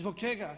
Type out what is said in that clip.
Zbog čega?